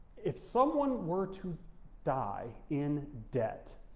if someone were to die in debt,